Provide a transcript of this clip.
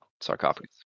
sarcophagus